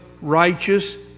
righteous